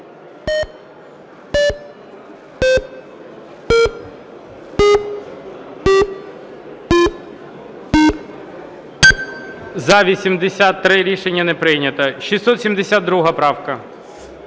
За-83 Рішення не прийнято. 672 правка.